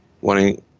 wanting